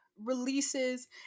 releases